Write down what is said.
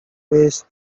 weighs